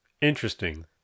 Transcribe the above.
Interesting